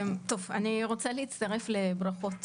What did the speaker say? אני רוצה להצטרף לברכות,